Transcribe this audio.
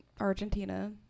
argentina